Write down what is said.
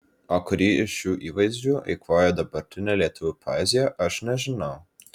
o kurį iš šių įvaizdžių eikvoja dabartinė lietuvių poezija aš nežinau